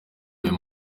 ayo